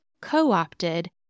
co-opted